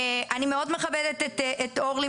אני מכבדת מאוד את אורלי,